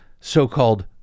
so-called